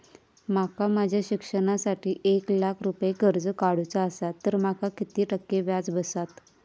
माका माझ्या शिक्षणासाठी एक लाख रुपये कर्ज काढू चा असा तर माका किती टक्के व्याज बसात?